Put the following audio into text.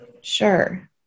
sure